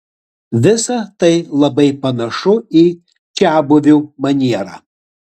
visa tai labai panašu į čiabuvių manierą